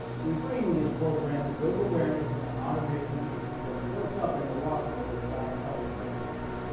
we bring you this program to build awareness in the amount of missing cases that have built up in milwaukee over the last couple of decades.